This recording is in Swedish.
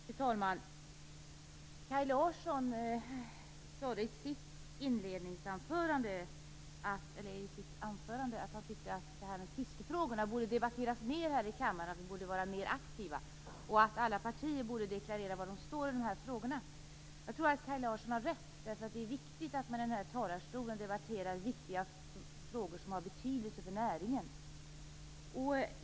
Fru talman! Kaj Larsson sade i sitt anförande att han tyckte att fiskefrågorna borde debatteras mer här i kammaren, att vi borde vara mer aktiva och att alla partier borde deklarera var de står i de här frågorna. Jag tror att Kaj Larsson har rätt. Det är viktigt att man i den här talarstolen debatterar angelägna frågor som har betydelse för näringen.